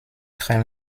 très